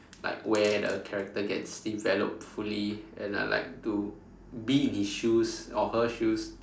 like where the character gets developed fully and I like to be in his shoes or her shoes